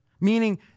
meaning